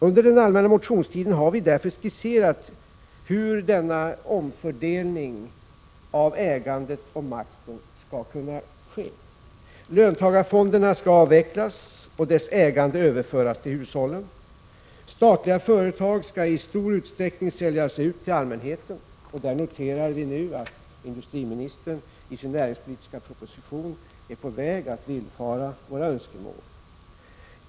Under den allmänna motionstiden har vi därför skisserat hur denna omfördelning av ägandet och makten skall kunna ske: —- Löntagarfonderna skall avvecklas och dess ägande överföras till hushållen. - Statliga företag skall i stor utsträckning säljas ut till allmänheten. På den punkten noterar vi nu att industriministern i sin näringspolitiska proposition är på väg att villfara våra önskemål.